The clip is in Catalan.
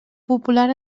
popular